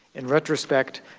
in retrospect,